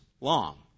long